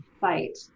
fight